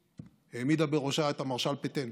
העמידה בראשה את המרשל פטן,